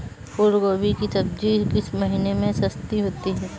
फूल गोभी की सब्जी किस महीने में सस्ती होती है?